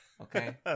okay